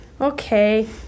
Okay